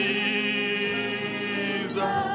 Jesus